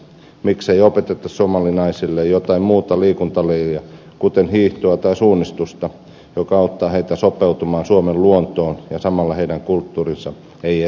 miksei opeteta somalinaisille jotain muuta liikuntalajia kuten hiihtoa tai suunnistusta joka auttaa heitä sopeutumaan suomen luontoon ja samalla heidän kulttuurinsa ei estä sitä